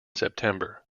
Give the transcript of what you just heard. september